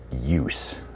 use